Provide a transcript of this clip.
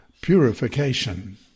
purification